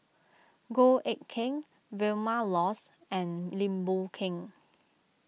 Goh Eck Kheng Vilma Laus and Lim Boon Keng